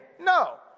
No